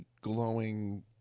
glowing